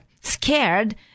scared